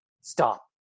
stop